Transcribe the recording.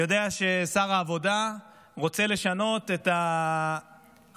אני יודע ששר העבודה רוצה לשנות את החוק